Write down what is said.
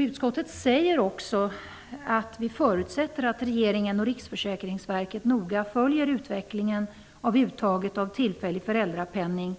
Utskottet skriver också: ''Utskottet förutsätter att regeringen och Riksförsäkringsverket noga följer utvecklingen av uttaget av tillfällig föräldrapenning